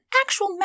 actual